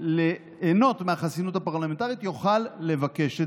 ליהנות מהחסינות הפרלמנטרית יוכל לבקש את